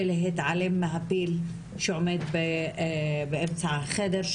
ולהתעלם מהפיל שעומד באמצע החדר,